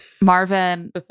Marvin